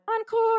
Encore